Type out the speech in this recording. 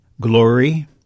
glory